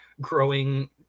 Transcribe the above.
growing